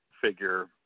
figure